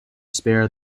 spare